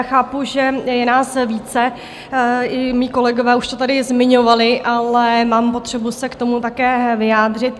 Chápu, že je nás více, i mí kolegové už to tady zmiňovali, ale mám potřebu se k tomu také vyjádřit.